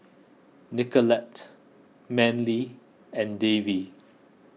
Nicolette Manley and Davy